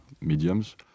mediums